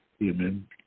Amen